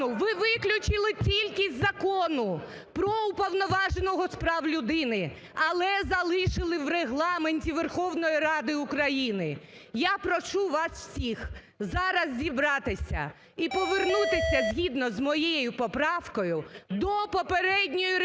ви виключили тільки з Закону про Уповноваженого з прав людини, але залишили в Регламенті Верховної Ради України. Я прошу вас всіх зараз зібратися і повернутися згідно з моєю поправкою до попередньої редакції,